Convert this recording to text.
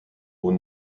aux